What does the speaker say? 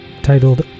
titled